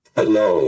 Hello